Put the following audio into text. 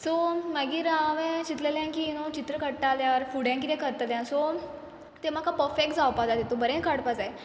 so मागीर हांवें चिंतलेलें की यू नो चित्र काडटा आल्यार फुडें कितें करतलें आं सो तें म्हाका पर्फेक्ट जावपा जाय तितू बरें काडपा जाय